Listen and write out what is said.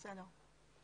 בסדר.